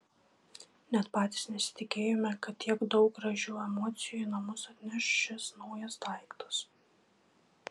net patys nesitikėjome kad tiek daug gražių emocijų į namus atneš šis naujas daiktas